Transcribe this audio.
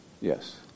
Yes